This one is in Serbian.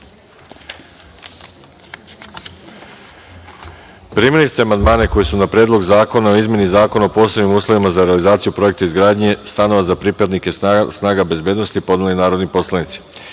celini. Primili ste amandmane koje su na Predlog zakona o izmeni Zakona o posebnim uslovima za realizaciju projekta izgradnje stanova za pripadnike snaga bezbednosti podneli narodni poslanici. Primili